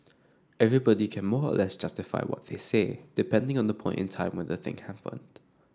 everybody can more or less justify what they say depending on the point in time when the thing happened